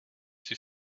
too